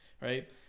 right